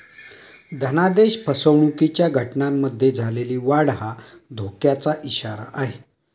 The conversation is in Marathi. धनादेश फसवणुकीच्या घटनांमध्ये झालेली वाढ हा धोक्याचा इशारा आहे